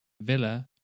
Villa